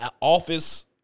office